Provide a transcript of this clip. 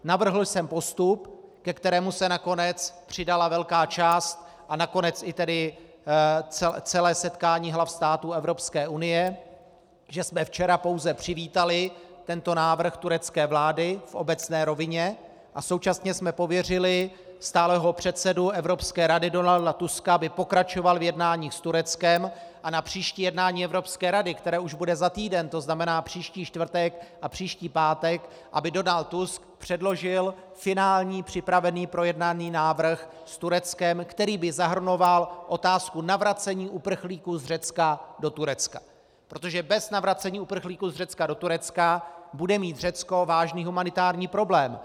Navrhl jsem postup, ke kterému se nakonec přidala velká část a nakonec i tedy celé setkání hlav států Evropské unie, že jsme včera pouze přivítali tento návrh turecké vlády v obecné rovině a současně jsme pověřili stálého předsedu Evropské rady Donalda Tuska, aby pokračoval v jednání s Tureckem a na příští jednání Evropské rady, které už bude za týden, to znamená příští čtvrtek a příští pátek, aby Donald Tusk předložil finální připravený a projednaný návrh s Tureckem, který by zahrnoval otázku navracení uprchlíků z Řecka do Turecka, protože bez navracení uprchlíků z Řecka do Turecka bude mít Řecko vážný humanitární problém.